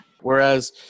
Whereas